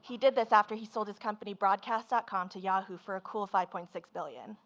he did this after he sold his company broadcast dot com to yahoo! for a cool five point six billion